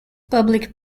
public